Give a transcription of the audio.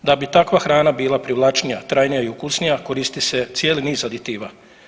Da bi takva hrana bila privlačnija, trajnija i ukusnije koristi se cijeli niz aditiva.